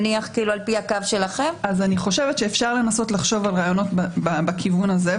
אני חושבת שאפשר לנסות לחשוב על רעיונות בכיוון הזה,